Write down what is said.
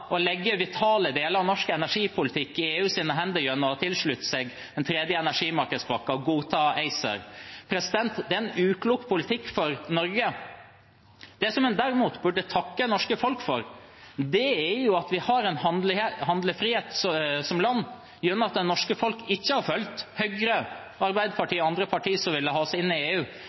å tilslutte seg den tredje energimarkedspakken og å godta ACER. Det er en uklok politikk for Norge. Det en derimot burde takke det norske folk for, er at vi har handlefrihet som land fordi det norske folk ikke har fulgt Høyre, Arbeiderpartiet og andre partier som ville ha oss inn i EU.